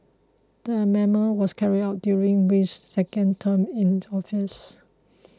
the amendment was carried out during Wee's second term in office